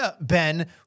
Ben